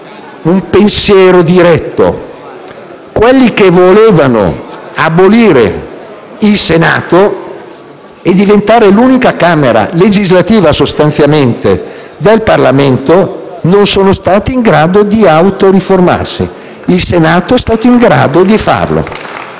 un pensiero diretto. Quelli che volevano abolire il Senato e diventare l'unica Camera legislativa del Parlamento non sono stati in grado di autoriformarsi. Il Senato è stato in grado di farlo.